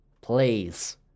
please